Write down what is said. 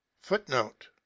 Footnote